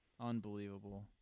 unbelievable